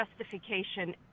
justification